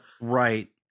Right